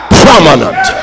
prominent